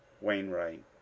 Wainwright